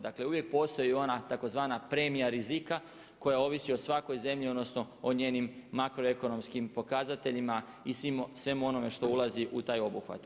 Dakle uvijek postoji i ona tzv. premija rizika koja ovisi o svakoj zemlji, odnosno o njenim makroekonomskim pokazateljima i svemu onome što ulazi u taj obuhvat.